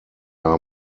are